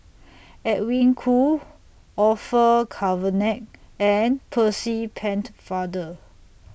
Edwin Koo Orfeur Cavenagh and Percy pent Father